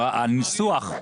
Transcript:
הניסוח,